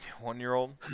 one-year-old